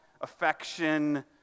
affection